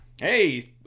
Hey